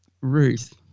Ruth